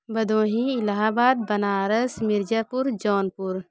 Bhadohi Allahabad Banaras Mirzapur Jaunpur